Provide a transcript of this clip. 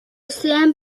sean